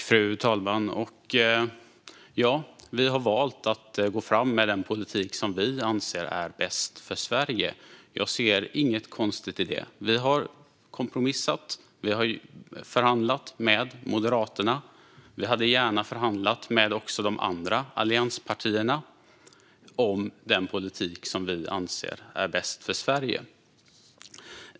Fru talman! Ja, vi har valt att gå fram med den politik som vi anser är bäst för Sverige. Jag ser inget konstigt i det. Vi har kompromissat. Vi har förhandlat med Moderaterna. Vi hade gärna förhandlat också med de andra allianspartierna om den politik som vi anser är bäst för Sverige.